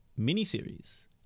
miniseries